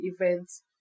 events